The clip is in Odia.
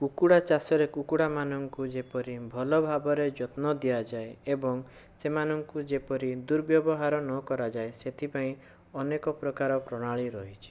କୁକୁଡ଼ା ଚାଷରେ କୁକୁଡ଼ା ମାନଙ୍କୁ ଯେପରି ଭଲ ଭାବରେ ଯତ୍ନ ଦିଆଯାଏ ଏବଂ ସେମାନଙ୍କୁ ଯେପରି ର୍ଦୁବ୍ୟବହାର ନ କରାଯାଏ ସେଥିପାଇଁ ଅନେକ ପ୍ରକାର ପ୍ରଣାଳୀ ରହିଛି